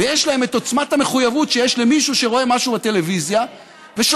ויש להם את עוצמת המחויבות של מישהו שרואה משהו בטלוויזיה ושואל